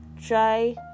try